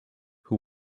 who